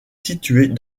situés